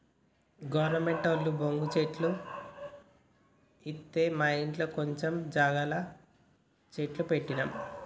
గవర్నమెంటోళ్లు బొంగు చెట్లు ఇత్తె మాఇంట్ల కొంచం జాగల గ చెట్లు పెట్టిన